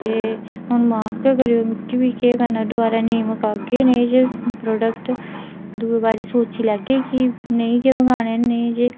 ते हून माफ गै करो मिगी बी केह् करना दोबारा नेईं मंगागे नेह जेह् प्रोडकट दूई बारी सोची लैह्गी कि नेईं गै मंगाने न नेईं जे